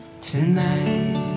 tonight